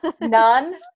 none